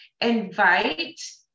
invite